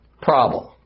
problem